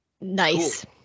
Nice